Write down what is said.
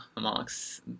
marks